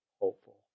hopeful